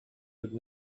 would